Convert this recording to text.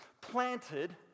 planted